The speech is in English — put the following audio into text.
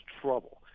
trouble